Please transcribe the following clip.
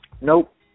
Nope